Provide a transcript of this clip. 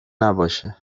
نباشه